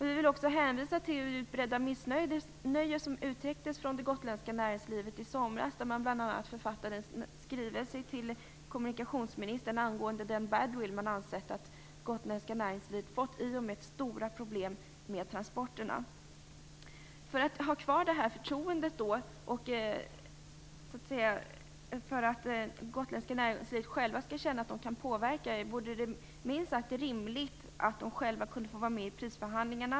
Vi vill också hänvisa till det utbredda missnöje som uttrycktes från det gotländska näringslivet i somras, då man bl.a. författade en skrivelse till kommunikationsministern angående den badwill man anser att det gotländska näringslivet fått i och med stora problem med transporterna. För att man skall få behålla det här förtroendet och för att man inom det gotländska näringslivet skall känna att man kan påverka situationen vore det minst sagt rimligt att man fick vara med i prisförhandlingarna.